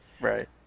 Right